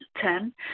Ten